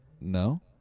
no